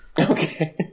Okay